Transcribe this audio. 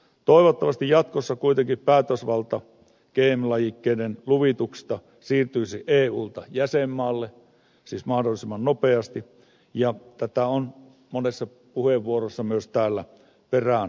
toivottavasti jatkossa kuitenkin päätösvalta gm lajikkeiden luvituksesta siirtyisi eulta jäsenmaalle siis mahdollisimman nopeasti tätä on monessa puheenvuorossa myös täällä peräänkuulutettu